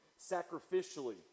sacrificially